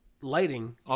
lighting